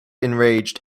enraged